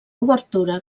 obertura